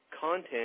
content